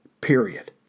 Period